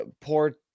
poor